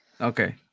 okay